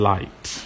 Light